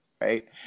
right